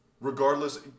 regardless